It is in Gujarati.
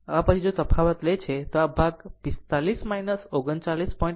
આમ પછી જો તફાવત લે છે તો પછી આ ભાગ 45 39